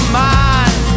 mind